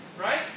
right